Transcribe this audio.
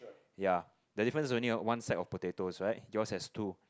ya the difference is only one sack of potatoes right yours has two